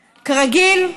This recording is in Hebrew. כרגיל,